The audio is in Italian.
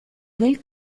del